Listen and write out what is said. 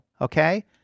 okay